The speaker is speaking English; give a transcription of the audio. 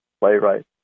playwright